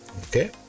Okay